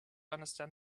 understand